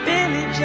Billy